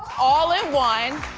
all in one,